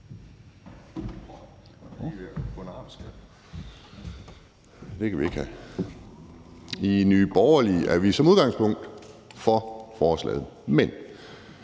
Edberg Andersen (NB): I Nye Borgerlige er vi som udgangspunkt for forslaget. Men